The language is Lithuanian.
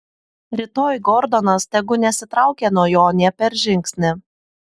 rytoj gordonas tegu nesitraukia nuo jo nė per žingsnį